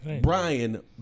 brian